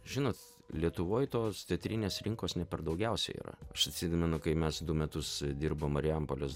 žinot lietuvoj tos teatrinės rinkos ne per daugiausia yra aš atsimenu kai mes du metus dirbo marijampolės